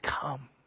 come